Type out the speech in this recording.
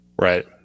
right